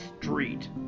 street